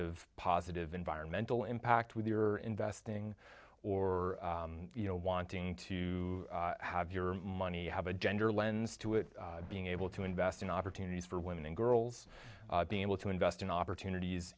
of positive environmental impact with your investing or you know wanting to have your money have a gender lens to it being able to invest in opportunities for women and girls being able to invest in opportunities